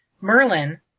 Merlin